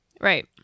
Right